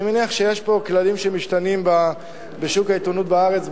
אני מניח שיש פה כללים שמשתנים בשוק העיתונות בארץ.